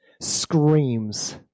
screams